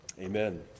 Amen